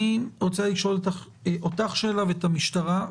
אני רוצה לשאול אותך שאלה ואת המשטרה.